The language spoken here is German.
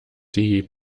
die